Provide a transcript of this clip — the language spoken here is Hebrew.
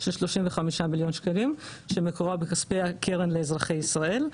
של 35 מיליון שקלים שמקורם בכספי הקרן לאזרחי ישראל.